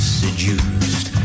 seduced